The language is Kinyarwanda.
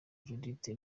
judithe